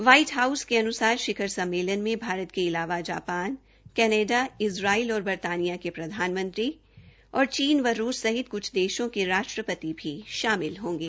white House के अनुसार षिखर सम्मेलन में भारत के इलावा जापान कैनेडा इजराइल और बर्तानिया के प्रधानमंत्री और चीन व रूस सहित कुछ देषों के राष्ट्रपति भी शामिल होंगे